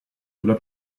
sulla